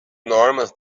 normas